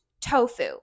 tofu